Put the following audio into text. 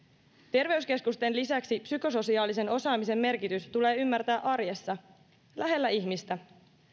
terveyskeskusten lisäksi psykososiaalisen osaamisen merkitys tulee ymmärtää arjessa lähellä ihmistä